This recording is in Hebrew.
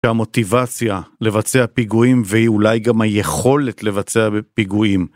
שהמוטיבציה לבצע פיגועים והיא אולי גם היכולת לבצע פיגועים.